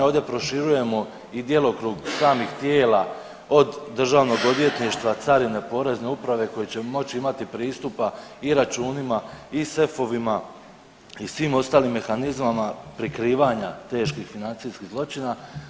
Ovdje proširujemo i djelokrug samih tijela od Državnog odvjetništva, Carine, Porezne uprave koji će moći imati pristupa i računima i sefovima i svim ostalim mehanizmima prikrivanja teških financijskih zločina.